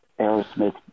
Aerosmith